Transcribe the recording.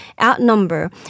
outnumber